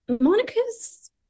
Monica's